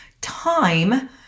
time